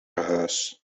huis